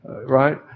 right